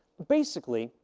basically,